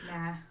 Nah